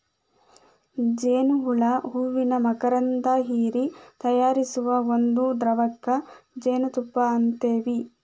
ಜೇನ ಹುಳಾ ಹೂವಿನ ಮಕರಂದಾ ಹೇರಿ ತಯಾರಿಸು ಒಂದ ದ್ರವಕ್ಕ ಜೇನುತುಪ್ಪಾ ಅಂತೆವಿ